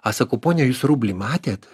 a sakom ponia jūs rublį matėt